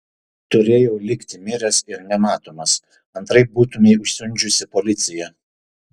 turėjau likti miręs ir nematomas antraip būtumei užsiundžiusi policiją